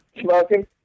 smoking